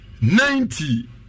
ninety